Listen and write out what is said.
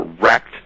correct